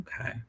Okay